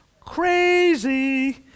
crazy